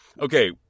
okay